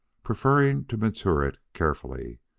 preferring to mature it carefully.